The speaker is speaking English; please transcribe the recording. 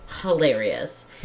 hilarious